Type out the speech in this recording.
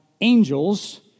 angels